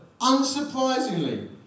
unsurprisingly